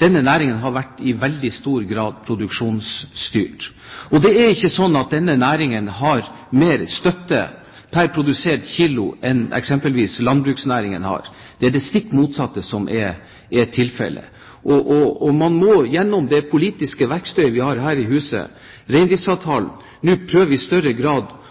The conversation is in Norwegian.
denne næringen har i veldig stor grad vært produksjonsstyrt. Det er ikke slik at denne næringen har mer støtte pr. produsert kilo enn eksempelvis landbruksnæringen. Det er det stikk motsatte som er tilfellet. Og gjennom det politiske verktøyet vi har her i huset, reindriftsavtalen, må man i større grad